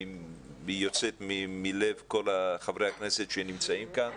והיא יוצאת מלב כל חברי הכנסת שנמצאים כאן,